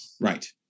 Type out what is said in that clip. Right